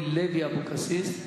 חברת הכנסת אורלי לוי אבקסיס,